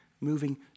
Moving